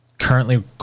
currently